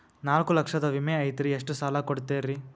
ನಾಲ್ಕು ಲಕ್ಷದ ವಿಮೆ ಐತ್ರಿ ಎಷ್ಟ ಸಾಲ ಕೊಡ್ತೇರಿ?